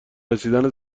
رسیدن